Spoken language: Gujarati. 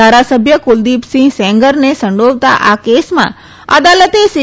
ધારાસભ્ય કુલદીપસિંહ સેંગરને સંડોવતા આ કેસમાં અદાલતે સી